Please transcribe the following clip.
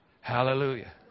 Hallelujah